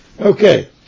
Okay